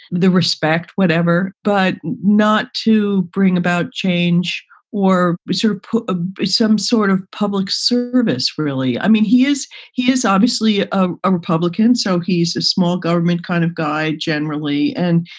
the respect, whatever, but not to bring about change or sort of put ah some sort of public service, really. i mean, he is he is obviously ah a republican. so he's a small government kind of guy generally. and,